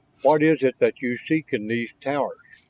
what is it that you seek in these towers?